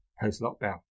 post-lockdown